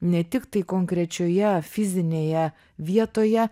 ne tiktai konkrečioje fizinėje vietoje